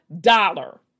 dollar